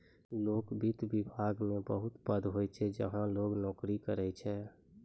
लोक वित्त विभाग मे बहुत पद होय छै जहां लोग नोकरी करै छै